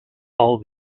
all